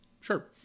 Sure